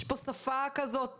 יש פה שפה כזאת,